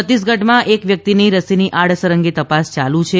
છત્તીસગઢમાં એક વ્યક્તિને રસીની આડઅસર અંગે તપાસ ચાલુ છે